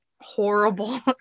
horrible